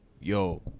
Yo